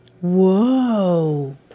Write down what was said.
Whoa